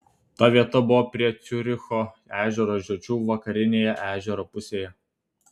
ta vieta buvo prie ciuricho ežero žiočių vakarinėje ežero pusėje